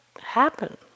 happen